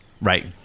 Right